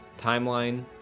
timeline